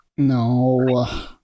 No